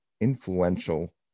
influential